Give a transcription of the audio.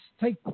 take